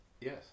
yes